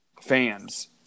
fans